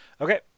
Okay